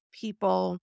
people